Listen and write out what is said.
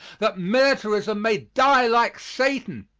that militarism may die like satan.